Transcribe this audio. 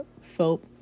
felt